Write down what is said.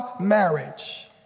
marriage